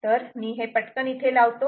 तेव्हा मी हे पटकन इथे लावतो